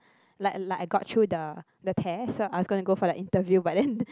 like like I got through the the test so I was gonna go for the interview but then